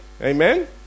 Amen